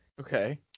okay